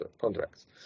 contracts